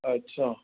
अच्छा